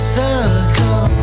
circle